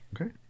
Okay